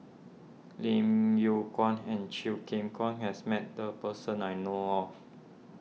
Lim Yew Kuan and Chew Kheng Chuan has met the person I know of